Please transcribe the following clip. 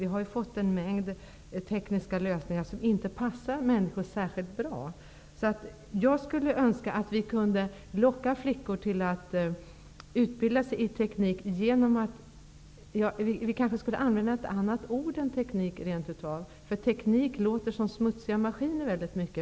Vi har fått en mängd tekniska lösningar som inte passar människor särskilt bra. Jag önskar att vi kunde locka flickor till att utbilda sig i teknik. Vi skulle kanske använda ett annat ord. Teknik låter som om det handlar om smutsiga maskiner.